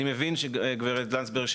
אני מבין שגברת לנדסברג,